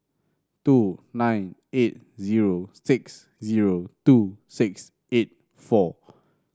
two nine eight zero six zero two six eight four